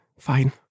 Fine